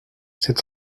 sept